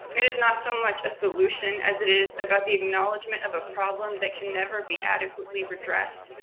it is not so much a solution as it is about the acknowledgement of a problem that can never be adequately reddressed,